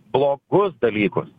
blogus dalykus